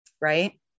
right